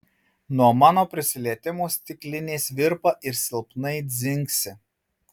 nuo mano prisilietimo stiklinės virpa ir silpnai dzingsi